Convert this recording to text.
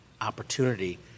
opportunity